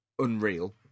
unreal